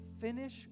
finish